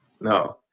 No